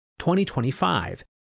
2025